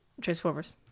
Transformers